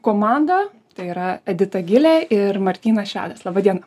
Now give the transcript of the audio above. komandą tai yra edita gilė ir martynas švedas laba diena